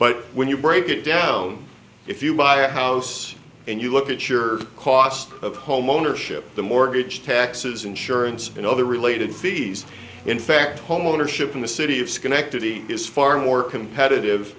but when you break it down if you buy a house and you look at your cost of homeownership the mortgage taxes insurance and other related fees in fact homeownership in the city of schenectady is far more competitive